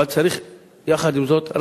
אבל יחד עם זאת,